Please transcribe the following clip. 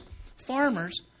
farmers